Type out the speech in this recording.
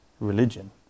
religion